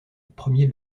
premier